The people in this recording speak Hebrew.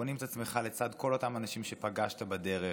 בונים את עצמך לצד כל אותם אנשים שפגשת בדרך,